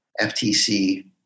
FTC